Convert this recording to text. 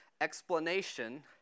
explanation